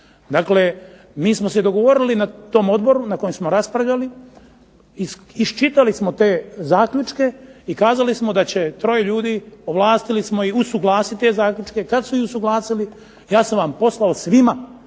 Dakle, mi smo se dogovorili na tom odboru na kojem smo raspravljali, iščitali smo te zaključke i kazali smo da će troje ljudi, ovlastili smo ih, usuglasiti te zaključke. Kada su iz usuglasili, ja sam vam posao svima